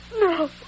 No